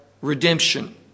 redemption